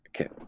Okay